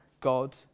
god